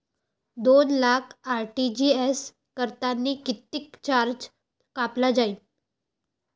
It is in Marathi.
दोन लाख आर.टी.जी.एस करतांनी कितीक चार्ज कापला जाईन?